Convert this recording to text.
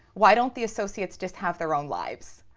why don't the associates just have their own lives?